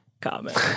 comment